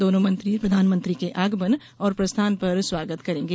दोनों मंत्री प्रधानमंत्री के आगमन और प्रस्थान पर स्वागत करेंगे